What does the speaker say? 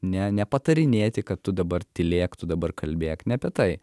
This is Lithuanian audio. ne nepatarinėti kad tu dabar tylėk tu dabar kalbėk ne apie tai